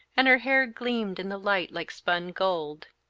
and her hair gleamed in the light like spun gold.